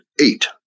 eight